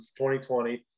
2020